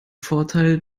vorteil